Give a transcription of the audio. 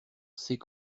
sait